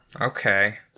Okay